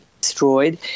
destroyed